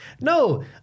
No